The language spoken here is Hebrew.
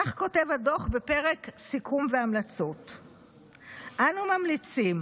כך כותב הדוח בפרק סיכום והמלצות: "אנו ממליצים